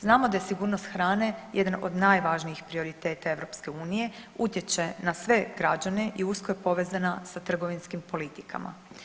Znamo da je sigurnost hrane jedan od najvažnijih prioriteta EU, utječe na sve građane i usko je povezana sa trgovinskim politikama.